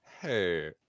Hey